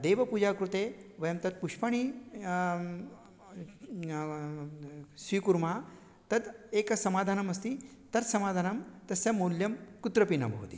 देवपूजाकृते वयं तत् पुष्पाणि स्वीकुर्मः तत् एकं समाधानम् अस्ति तत् समाधानं तस्य मूल्यं कुत्रापि न भवति